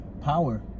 power